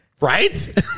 Right